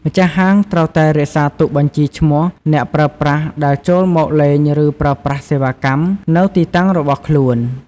ម្ចាស់ហាង ត្រូវតែ រក្សាទុកបញ្ជីឈ្មោះ អ្នកប្រើប្រាស់ដែល ចូលមកលេង ឬ ប្រើប្រាស់សេវាកម្ម នៅទីតាំងរបស់ខ្លួន។